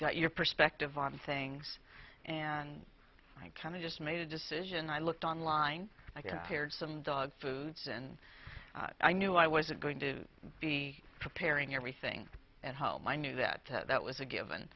got your perspective on things and i kind of just made a decision i looked online i get scared some dog foods and i knew i wasn't going to be preparing everything at home i knew that that was a given